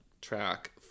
track